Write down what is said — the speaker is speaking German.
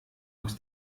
aus